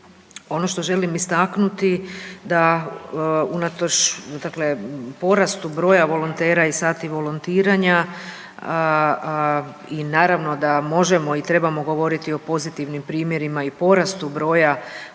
ono što želim istaknuti da unatoč dakle porastu broja volontera i sati volontiranja i naravno da možemo i trebamo govoriti o pozitivnim primjerima i porastu broja